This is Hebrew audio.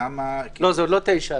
למה --- זה עוד לא 9,